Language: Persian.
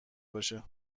باشه